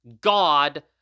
God